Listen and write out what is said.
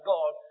God